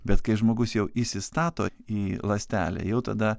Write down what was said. bet kai žmogus jau įsistato į ląstelę jau tada